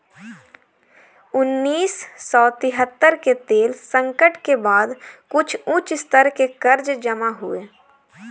उन्नीस सौ तिहत्तर के तेल संकट के बाद कुछ उच्च स्तर के कर्ज जमा हुए